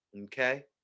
Okay